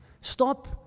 Stop